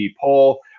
poll